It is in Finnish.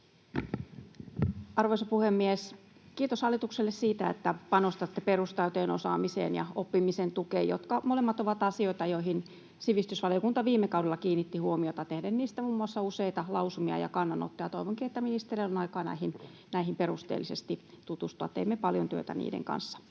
Arvoisa puhemies! Kiitos hallitukselle siitä, että panostatte perustaitojen osaamiseen ja oppimisen tukeen, jotka molemmat ovat asioita, joihin sivistysvaliokunta viime kaudella kiinnitti huomiota tehden niistä muun muassa useita lausumia ja kannanottoja. Toivonkin, että ministerillä on aikaa näihin perusteellisesti tutustua. Teimme paljon työtä niiden kanssa.